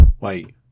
Wait